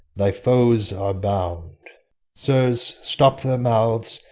thy foes are bound. sirs, stop their mouths,